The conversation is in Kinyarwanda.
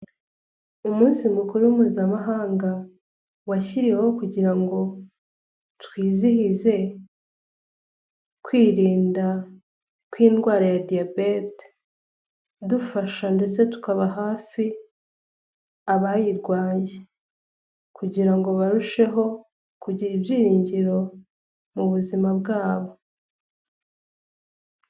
Umunsi mukuru mpuzamahanga washyiriweho kugira ngo twizihize kwirinda kw'indwara ya diyabete, dufasha ndetse tukaba hafi abayirwaye kugira ngo barusheho kugira ibyiringiro mu buzima bwabo.